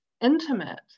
intimate